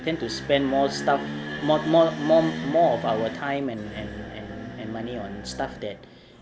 tend to spend more stuff more more more more of our time and and and money on stuff that